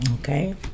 Okay